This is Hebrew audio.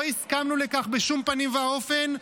לא הסכמנו לכך בשום פנים ואופן,